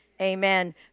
amen